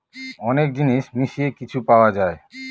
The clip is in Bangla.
অনেক জিনিস মিশিয়ে কিছু পাওয়া যায়